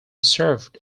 served